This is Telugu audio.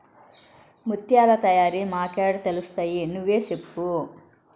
ముత్యాల తయారీ మాకేడ తెలుస్తయి నువ్వే సెప్పు